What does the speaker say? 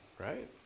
Right